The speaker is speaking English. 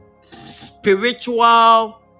spiritual